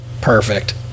perfect